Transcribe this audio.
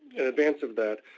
in advance of that,